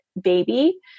baby